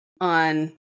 on